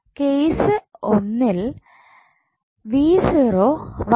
case 1 യിൽ ആകും